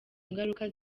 ngaruka